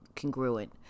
congruent